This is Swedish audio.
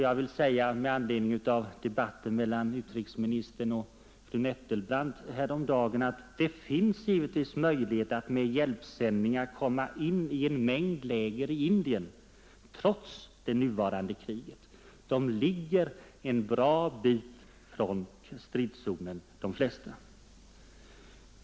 Jag vill med anledning av debatten mellan utrikesministern och fru Nettelbrandt häromdagen säga, att det givetvis finns möjligheter att komma in med hjälpsändningar i en mängd läger i Indien trots det nuvarande kriget. Lägren ligger en bra bit från stridszonen.